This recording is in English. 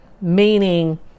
meaning